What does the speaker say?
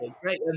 Great